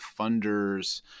funders